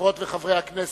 חברות וחברי הכנסת,